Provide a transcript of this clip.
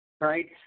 right